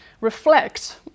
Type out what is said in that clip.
reflect